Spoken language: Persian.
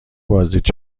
بازدید